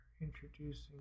Introducing